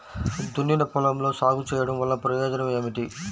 దున్నిన పొలంలో సాగు చేయడం వల్ల ప్రయోజనం ఏమిటి?